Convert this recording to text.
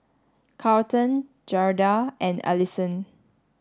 Carlton Gerda and Allisson